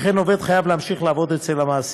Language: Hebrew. וכן העובד חייב להמשיך לעבוד אצל המעסיק.